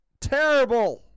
Terrible